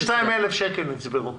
32,000 שקל נצברו.